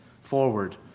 forward